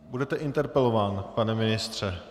Budete interpelován, pane ministře.